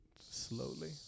Slowly